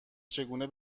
چگونه